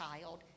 child